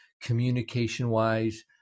communication-wise